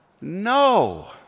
No